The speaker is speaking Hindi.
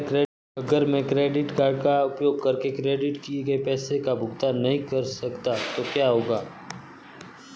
अगर मैं क्रेडिट कार्ड का उपयोग करके क्रेडिट किए गए पैसे का भुगतान नहीं कर सकता तो क्या होगा?